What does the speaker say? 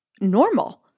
normal